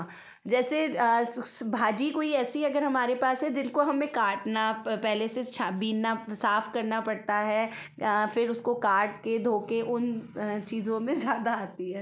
जैसे भाजी कोई ऐसी हमारे पास है जिनको हमें काटना पहले से बीनना साफ करना पड़ता है फिर उसको काट के धो के उन चीज़ों में ज़्यादा आती है